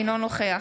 אינו נוכח